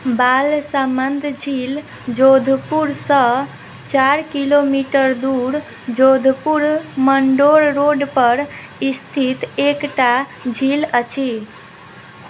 बालसमन्द झील जोधपुरसँ चारि किलोमीटर दूर जोधपुर मण्डोर रोडपर स्थित एकटा झील अछि